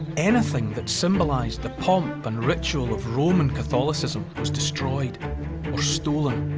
anything that symbolised the pomp and ritual of roman catholicism was destroyed or stolen.